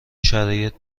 شرایط